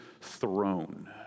throne